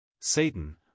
Satan